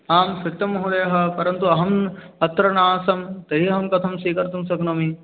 आं सत्यं महोदयः परन्तु अहम् अत्र नासं तर्हि अहं कथं स्वीकर्तुं शक्नोमि